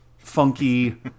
Funky